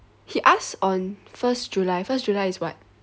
he ask on first july first july is what